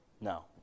No